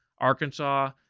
Arkansas